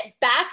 back